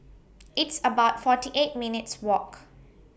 It's about forty eight minutes' Walk